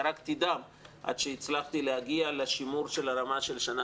ירקתי דם עד שהצלחתי להגיע לשימור של הרמה של שנה